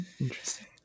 interesting